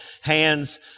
hands